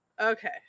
Okay